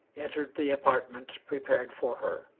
entered the apartment prepared for her.